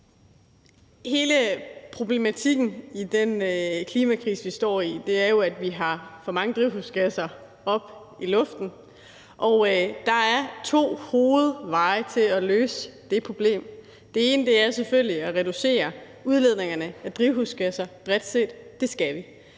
Hele problematikken i den klimakrise, vi står i, er jo, at vi sender for mange drivhusgasser op i luften, og der er to hovedveje til at løse det problem. Den ene er selvfølgelig at reducere udledningerne af drivhusgasserne bredt set – det skal vi